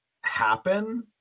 happen